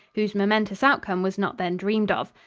whose momentous outcome was not then dreamed of.